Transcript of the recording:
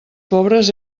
pobres